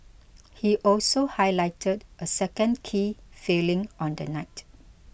he also highlighted a second key failing on the night